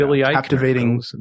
captivating